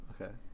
okay